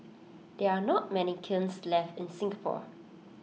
there are not many kilns left in Singapore